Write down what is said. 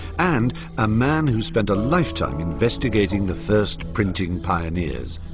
and a man who's spent a lifetime investigating the first printing pioneers.